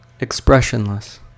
Expressionless